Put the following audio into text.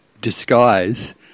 disguise